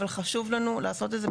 אבל חשוב לנו לעשות את זה,